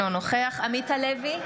אינו נוכח עמית הלוי,